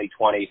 2020